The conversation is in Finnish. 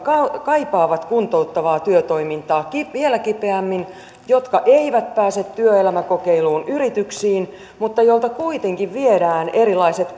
kaipaavat kuntouttavaa työtoimintaa vielä kipeämmin jotka eivät pääse työelämäkokeiluun yrityksiin mutta joilta kuitenkin viedään erilaiset